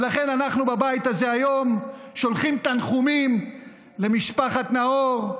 ולכן אנחנו בבית הזה היום שולחים תנחומים למשפחת נאור,